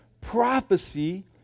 prophecy